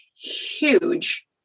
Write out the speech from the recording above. huge